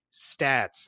stats